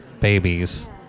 babies